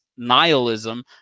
nihilism